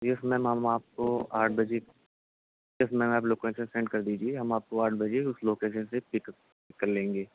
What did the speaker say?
یس ma'am ہم آپ کو آٹھ بجے تک میم آپ لوکیشن سینڈ کر دیجیے ہم آپ کو آٹھ بجے اس لوکیشن سے پک کر لیں گے